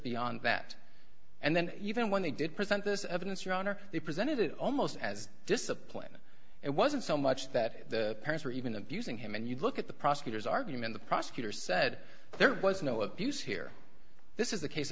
beyond that and then even when they did present this evidence your honor they presented it almost as discipline it wasn't so much that the parents were even abusing him and you look at the prosecutor's argument the prosecutor said there was no abuse here this is a case